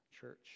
church